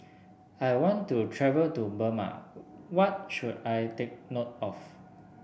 I want to travel to Burma what should I take note of